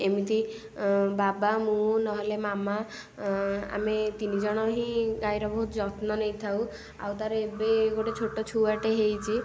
ଏମିତି ବାବା ମୁଁ ନହେଲେ ମାମା ଆମେ ତିନିଜଣ ହିଁ ଗାଈର ବହୁତ ଯତ୍ନ ନେଇଥାଉ ଆଉ ତା'ର ଏବେ ଗୋଟେ ଛୋଟ ଛୁଆଟେ ହେଇଛି